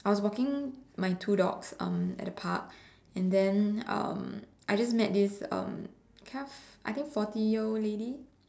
I was walking my two dogs um at the park and then um I just met this um kind of I think forty year old lady